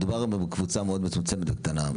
מדובר בקבוצה מאוד מצומצמת וקטנה,